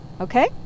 Okay